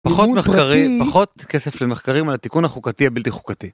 פחות מחקרים, פחות כסף למחקרים ולתיקון החוקתי הבלתי חוקתי.